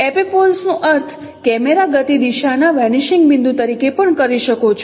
તમે એપિપોલ્સનું અર્થ કેમેરા ગતિ દિશાના વેનીશિંગ બિંદુ તરીકે પણ કરી શકો છો